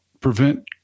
prevent